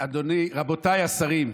רבותיי השרים,